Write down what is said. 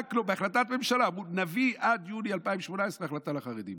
בהחלטת ממשלה אמרו: נביא עד יוני 2018 החלטה לחרדים,